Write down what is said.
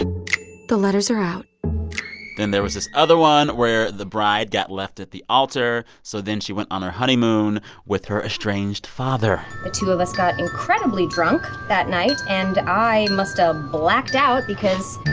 ah the letters are out then there was this other one where the bride got left at the altar. so then she went on her honeymoon with her estranged father the two of us got incredibly drunk that night, and i must've blacked out because.